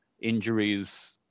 Injuries